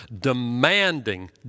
demanding